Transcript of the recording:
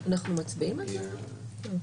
מצביעים על זה היום?